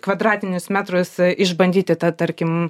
kvadratinius metrus išbandyti tą tarkim